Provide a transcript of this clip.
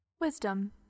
Wisdom